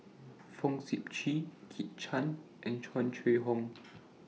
Fong Sip Chee Kit Chan and Tung Chye Hong